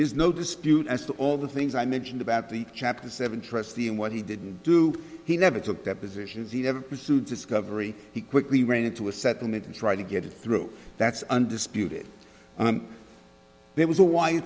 there's no dispute as to all the things i mentioned about the chapter seven trustee and what he didn't do he never took depositions you never pursued discovery he quickly ran into a settlement and tried to get it through that's undisputed there was a